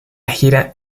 gira